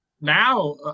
now